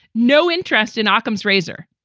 no interest in ah ockham's razor,